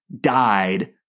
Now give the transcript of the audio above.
died